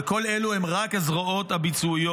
אבל כל אלה הן רק הזרועות הביצועיות.